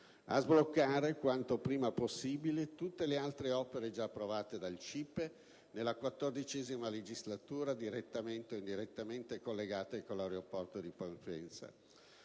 a sbloccare, quanto prima possibile, tutte le altre opere già approvate dal CIPE nella XIV Legislatura, direttamente o indirettamente collegate con l'aeroporto di Malpensa;